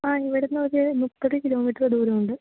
ആ ഇവിടുന്നൊരു മുപ്പത് കിലോമീറ്റർ ദൂരമുണ്ട്